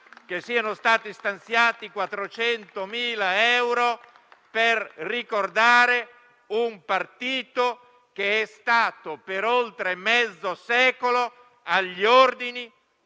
che siano stati stanziati 400.000 euro per ricordare un partito che, per oltre mezzo secolo, è stato agli ordini